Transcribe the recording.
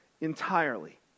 entirely